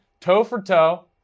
toe-for-toe